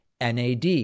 NAD